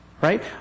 right